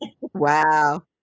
Wow